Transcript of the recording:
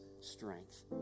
strength